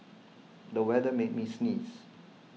the weather made me sneeze